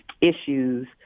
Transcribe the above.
issues